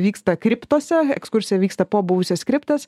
vyksta kriptose ekskursija vyksta po buvusias kriptas